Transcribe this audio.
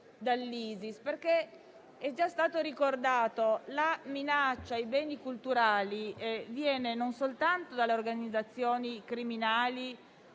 dall'ISIS. Come infatti è già stato ricordato, la minaccia ai beni culturali viene non soltanto dalle organizzazioni criminali